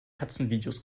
katzenvideos